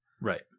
Right